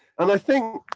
and i think,